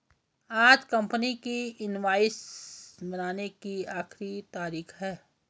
आज कंपनी की इनवॉइस बनाने की आखिरी तारीख है